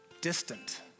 distant